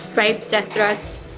rape, death threats.